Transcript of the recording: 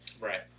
right